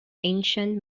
ancient